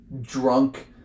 drunk